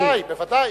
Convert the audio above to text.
בוודאי.